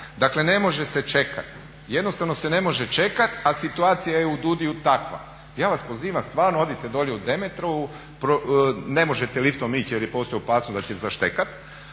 Dakle ne može se čekati. Jednostavno se ne može čekati a situacija je u DUDI-u takva. Ja vas pozivam stvarno odite dolje u Demetrovu, ne možete liftom ići jer postoji opasnost da će zaštekati,